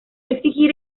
exigir